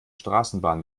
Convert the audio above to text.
straßenbahn